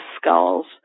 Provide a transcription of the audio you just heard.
skulls